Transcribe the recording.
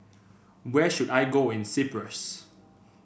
where should I go in Cyprus